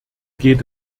geht